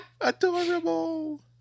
adorable